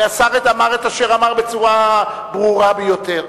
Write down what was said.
השר אמר את אשר אמר בצורה ברורה ביותר.